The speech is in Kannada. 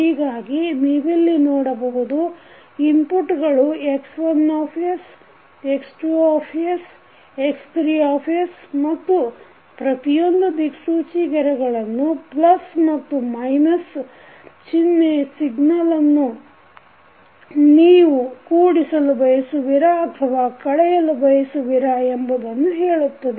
ಹೀಗಾಗಿ ನೀವಿಲ್ಲಿ ನೋಡಬಹುದು ಇನ್ಪುಟ್ಗಳು X1X2 X3s ಮತ್ತು ಪ್ರತಿಯೊಂದು ದಿಕ್ಸೂಚಿ ಗೆರೆಗಳನ್ನು ಪ್ಲಸ್ ಮತ್ತು ಮೈನಸ್ ಚಿನ್ಹೆ ಸಿಗ್ನಲ್ ಅನ್ನು ನೀವು ಕೂಡಿಸಲು ಬಯಸುವಿರಾ ಅಥವಾ ಕಳೆಯಲು ಬಯಸುವಿರಾ ಎಂಬುದನ್ನು ಹೇಳುತ್ತದೆ